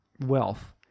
wealth